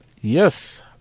Yes